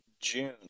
June